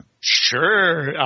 Sure